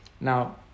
Now